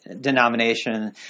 denomination